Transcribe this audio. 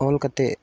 ᱚᱞ ᱠᱟᱛᱮ